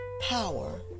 power